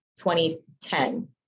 2010